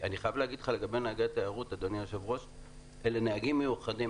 אני חייב לומר לך לגבי נהגי התיירות שאלה נהגים מיוחדים.